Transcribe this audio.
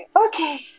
Okay